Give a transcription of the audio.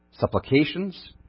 supplications